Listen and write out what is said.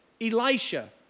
Elisha